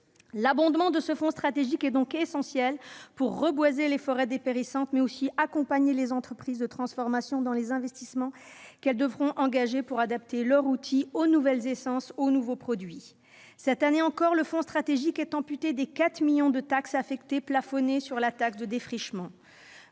L'abondement de ce fonds stratégique est donc essentiel pour reboiser les forêts en voie de dépérissement, mais aussi pour accompagner les entreprises de transformation dans les investissements qu'elles devront engager afin d'adapter leurs outils aux nouvelles essences, aux nouveaux produits. Cette année encore, le fonds stratégique de la forêt et du bois est amputé des 4 millions d'euros de la taxe affectée plafonnée de défrichement.